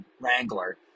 Wrangler